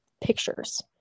pictures